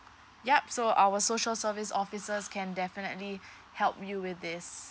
yup so our social service officers can definitely help you with this